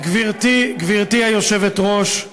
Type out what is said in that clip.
גברתי היושבת-ראש,